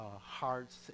hearts